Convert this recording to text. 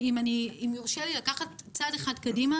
לקנות דירה זולה,